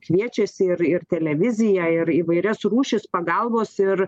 kviečiasi ir ir televiziją ir įvairias rūšis pagalbos ir